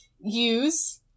use